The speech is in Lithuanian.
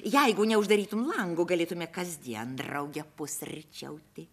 jeigu neuždarytum lango galėtumėme kasdien drauge pusryčiauti